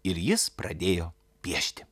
ir jis pradėjo piešti